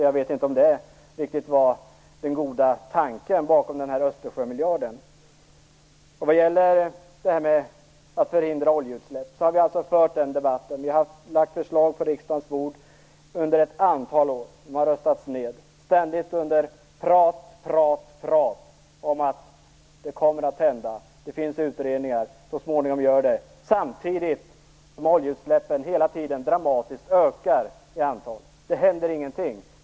Jag vet inte om detta var den goda tanken bakom Vi har fört debatten om att förhindra oljeutsläpp och lagt fram förslag på riksdagens bord under ett antal år. Förslagen har röstats ned, under ständigt prat: Det kommer att hända. Det finns utredningar. Så småningom blir det. Prat, prat, prat! Samtidigt ökar antalet oljeutsläpp hela tiden dramatiskt. Det händer ingenting!